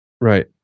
Right